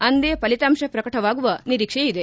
ಅಂದೇ ಫಲಿತಾಂಶ ಪ್ರಕಟವಾಗುವ ನಿರೀಕ್ಷೆಯಿದೆ